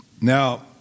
Now